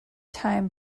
time